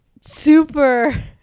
super